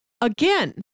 again